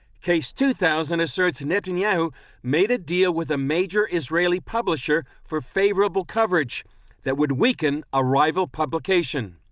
case two thousand asserts netanyahu made a deal with a major israeli publisher for favorable coverage that would weaken a rival publication.